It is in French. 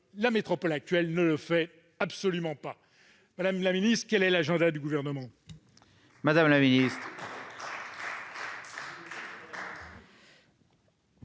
la métropole actuelle ne fait absolument pas. Madame la ministre, quel est donc l'agenda du Gouvernement ? La parole est